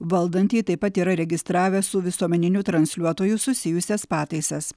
valdantieji taip pat yra registravę su visuomeniniu transliuotoju susijusias pataisas